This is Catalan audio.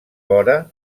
vora